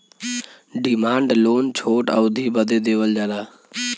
demand loan छोट अवधी बदे देवल जाला